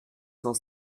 cent